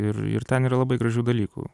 ir ir ten yra labai gražių dalykų